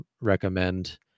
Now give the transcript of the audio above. recommend